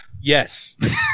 Yes